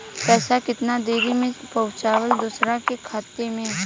पैसा कितना देरी मे पहुंचयला दोसरा के खाता मे?